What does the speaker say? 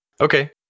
Okay